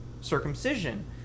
circumcision